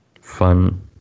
fun